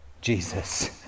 Jesus